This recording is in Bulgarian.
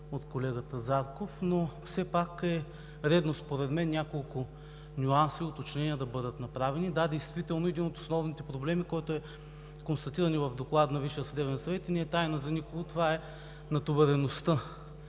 от колегата Зарков, но все пак е редно според мен няколко нюанса и уточнения да бъдат направени. Да, действително един от основните проблеми, констатиран и в Доклада на Висшия съдебен съвет, не е тайна за никого и това е натовареността